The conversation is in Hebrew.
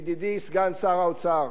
ידידי סגן שר האוצר,